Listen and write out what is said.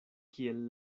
kiel